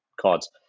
cards